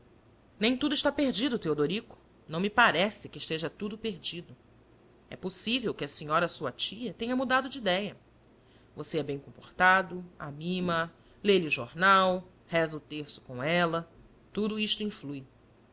nem tudo está perdido teodorico não me parece que esteja tudo perdido e possível que a senhora sua tia tenha mudado de idéia você é bem comportado amima a lê lhe o jornal reza o terço com ela tudo isto influi